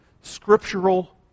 scriptural